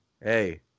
hey